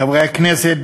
חברי הכנסת,